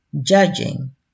judging